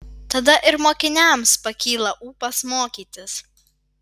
tada ir mokiniams pakyla ūpas mokytis